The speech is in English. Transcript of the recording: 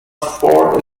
four